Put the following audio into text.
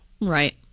Right